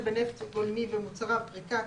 נפט גולמי ומוצריו: פריקה,